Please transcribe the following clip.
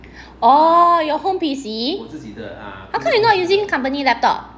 orh your home P_C how come you not using company laptop